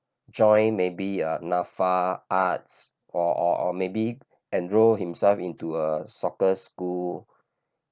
join maybe ah NAFA arts or or or maybe enrolled himself into a soccer school